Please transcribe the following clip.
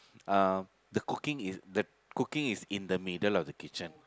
uh the cooking is the cooking is in the middle of the kitchen